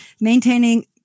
maintaining